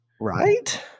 right